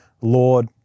Lord